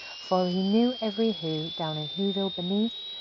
for he knew every who down in whoville beneath,